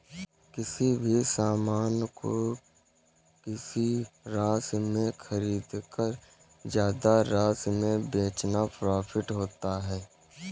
किसी भी सामान को किसी राशि में खरीदकर ज्यादा राशि में बेचना प्रॉफिट होता है